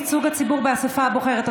ייצוג הציבור באספה הבוחרת),